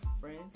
Friends